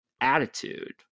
attitude